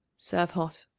serve hot.